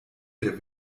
der